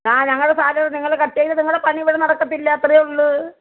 ആ ഞങ്ങളുടെ സാലറി നിങ്ങൾ കട്ട് ചെയ്ത് നിങ്ങലഉടെ പണി ഇവിടെ നടക്കില്ല അത്രേ ഉള്ളൂ